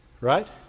Right